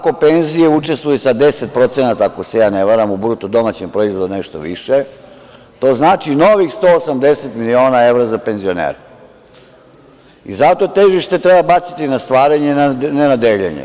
Ako penzije učestvuju sa 10%, ako se ne varam, u BDP nešto više, to znači novih 180 miliona evra za penzionere i zato težište treba baciti na stvaranje, a ne na deljenje.